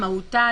מהותה,